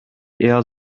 eher